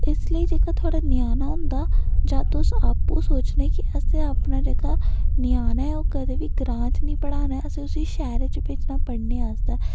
इसलेई जेह्का थोआढ़ा न्याना होंदा जां तुस आपूं सोचने कि असें अपना जेह्का न्याना ऐ ओह् कदें बी ग्रांऽ च नी पढ़ाना ऐ असें उसी शैह्रै च भेजना पढ़ने आस्तै